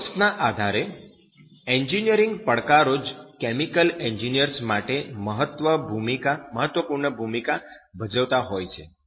વોલ્સના આધારે એન્જિનિયરિંગ પડકારો જ કેમિકલ એન્જિનિયર્સ માટે મહત્વપૂર્ણ ભૂમિકા ભજવતા હોય છે